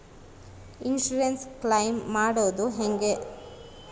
Insurance claim ಮಾಡದು ಹೆಂಗೆ?